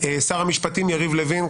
שר המשפטים יריב לוין,